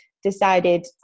decided